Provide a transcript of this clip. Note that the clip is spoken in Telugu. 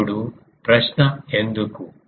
ఇప్పుడు ప్రశ్న ఎందుకు